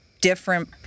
different